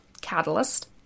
catalyst